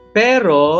pero